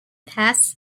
pass